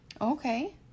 Okay